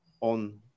on